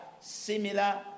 similar